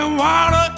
water